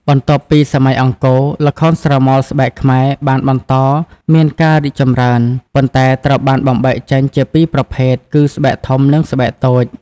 បន្ទាប់ពីសម័យអង្គរ ល្ខោនស្រមោលស្បែកខ្មែរបានបន្តមានការរីកចម្រើន ប៉ុន្តែត្រូវបានបំបែកចេញជាពីរប្រភេទគឺស្បែកធំនិងស្បែកតូច។